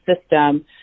system